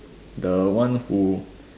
the one who